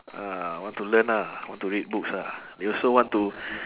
ah want to learn ah want to read books ah they also want to